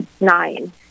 nine